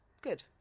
Good